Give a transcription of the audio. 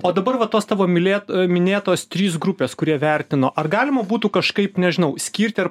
o dabar va tos tavo mylėt minėtos trys grupės kurie vertino ar galima būtų kažkaip nežinau skirti ar